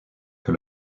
que